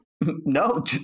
No